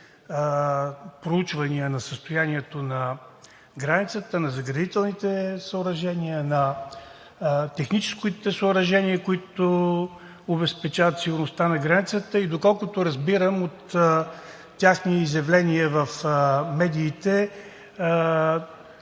проучвания на състоянието на границата, на заградителните съоръжения, на техническите съоръжения, които обезпечават сигурността на границата. Доколкото разбирам, от техни изявления в медиите,